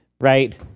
right